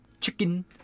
Chicken